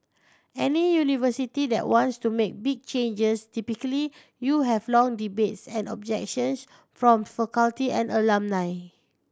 any university that wants to make big changes typically you have long debates and objections from faculty and alumni